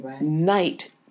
night